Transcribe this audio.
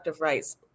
rights